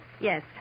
Yes